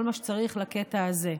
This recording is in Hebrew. כל מה שצריך לקטע הזה.